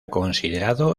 considerado